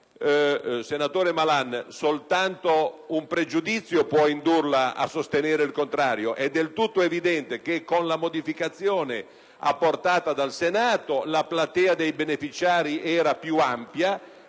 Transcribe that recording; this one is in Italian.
Senatore Malan, soltanto un pregiudizio può indurla a sostenere il contrario. È chiaro che, con la modificazione apportata dal Senato, la platea dei beneficiari era più ampia,